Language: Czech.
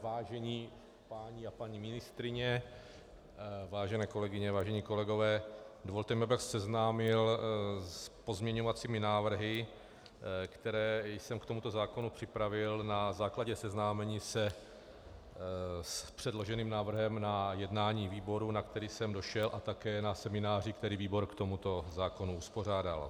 Vážení páni a paní ministryně, vážené kolegyně, vážení kolegové, dovolte mi, abych vás seznámil s pozměňovacími návrhy, které jsem k tomuto zákonu připravil na základě seznámení se s předloženým návrhem na jednání výboru, na který jsem došel, a také na semináři, který výbor k tomuto zákonu uspořádal.